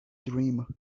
dream